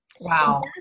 Wow